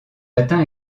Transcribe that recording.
atteint